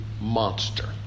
monster